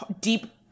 deep